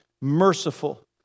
merciful